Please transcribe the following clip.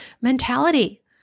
mentality